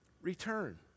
return